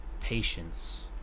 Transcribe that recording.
patience